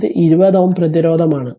ഇത് 20 ohm പ്രതിരോധമാണ്